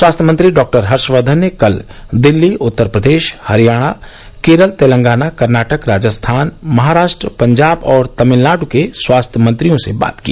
स्वास्थ्य मंत्री डॉ हर्षवर्धन ने कल दिल्ली उत्तर प्रदेश हरियाणा केरल तेलंगाना कर्नाटकराजस्थान महाराष्ट्र पंजाब और तमिलनाड् के स्वास्थ्य मंत्रियों से बात की